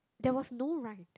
there was no rind